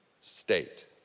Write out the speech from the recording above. state